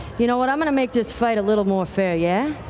you know what, i'm going to make this fight a little more fair, yeah?